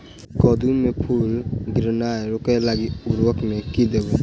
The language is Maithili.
कद्दू मे फूल गिरनाय रोकय लागि उर्वरक मे की देबै?